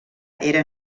era